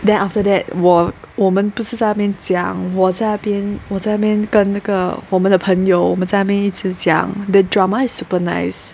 then after that 我我们不是在那边讲我在那边我在那边跟那个我们的朋友我们在那边一起讲 the drama is super nice